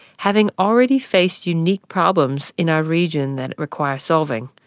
having already faced unique problems in our region that required solving,